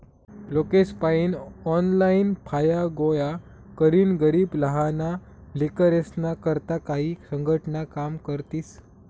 लोकेसपायीन ऑनलाईन फाया गोया करीन गरीब लहाना लेकरेस्ना करता काई संघटना काम करतीस